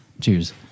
Cheers